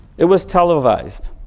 it was televised.